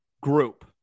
group